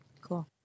Cool